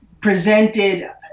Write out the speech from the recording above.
presented